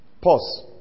Pause